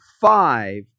five